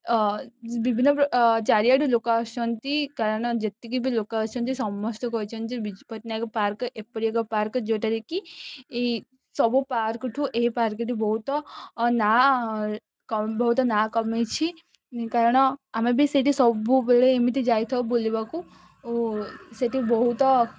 ବିଭିନ୍ନ ଚାରିଆଡ଼ୁ ଲୋକ ଆସୁଛନ୍ତି କାରଣ ଯେତିକି ବି ଲୋକ ଆସୁଛନ୍ତି ସମସ୍ତେ କହିଛନ୍ତି ବିଜୁ ପଟନାୟକ ପାର୍କ ଏପରି ଏକ ପାର୍କ ଯେଉଁଟାରେ କି ଏଇ ସବୁ ପାର୍କଠୁ ଏହି ପାର୍କଟି ବହୁତ ନାଁ ବହୁତ ନାଁ କମେଇଛି କାରଣ ଆମେ ବି ସେଠି ସବୁବେଳେ ଏମିତି ଯାଇଥାଉ ବୁଲିବାକୁ ଓ ସେଠି ବହୁତ